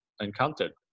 encountered